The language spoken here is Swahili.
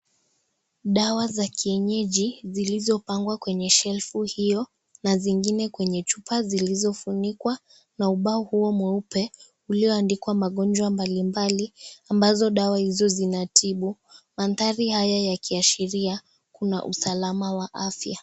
Dawa za kienyeji zilizopangwa kwenye shelfu hio na zingine kwenye chupa zilizofunikwa na ubao huo mweupe ulioandikwa magonjwa mbalimbali, ambazo dawa hizo zinatibu, mandhari haya yakiashiria, kuna usalama wa afya.